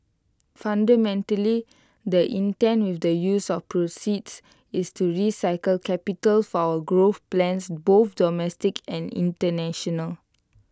fundamentally the intent with the use of proceeds is to recycle capital for our growth plans both domestic and International